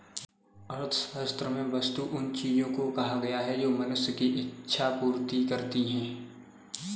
अर्थशास्त्र में वस्तु उन चीजों को कहा गया है जो मनुष्य की इक्षा पूर्ति करती हैं